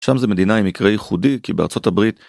שם זה מדינה עם מקרה ייחודי כי בארה״ב